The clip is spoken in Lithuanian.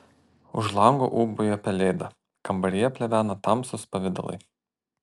už lango ūbauja pelėda kambaryje plevena tamsūs pavidalai